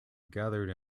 gathered